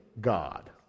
God